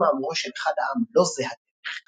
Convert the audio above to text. בעקבות מאמרו של אחד העם "לא זה הדרך",